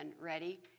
ready